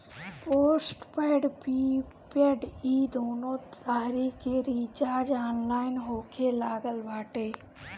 postpaid prepaid इ दूनो तरही के रिचार्ज ऑनलाइन होखे लागल बाटे